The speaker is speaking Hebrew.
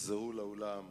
תחזרו לאולם,